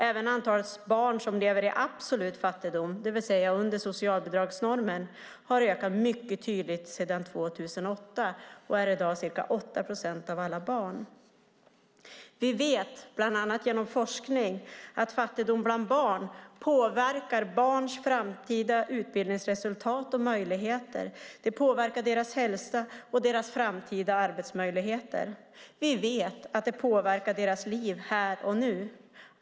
Även antalet barn som lever i absolut fattigdom, det vill säga under socialbidragsnormen, har ökat mycket tydligt sedan år 2008 - i dag ca 8 procent av alla barn. Vi vet, bland annat genom forskning, att fattigdom bland barn påverkar barns framtida utbildningsresultat och möjligheter. Den påverkar deras hälsa och deras framtida arbetsmöjligheter. Vi vet att den påverkar deras liv här och nu.